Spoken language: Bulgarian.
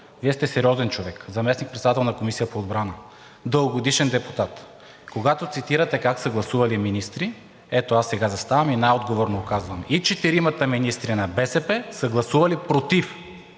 Вие сте сериозен човек, заместник председател на Комисията по отбрана, дългогодишен депутат, когато цитирате как се гласували министри, ето аз сега заставам и най-отговорно Ви казвам: и четиримата министри на БСП са гласували против